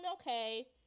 okay